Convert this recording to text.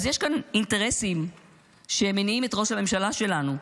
אז יש כאן אינטרסים שמניעים את ראש הממשלה שלנו,